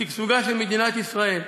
ולשגשוגה של מדינת ישראל.